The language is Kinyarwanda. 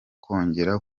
kongera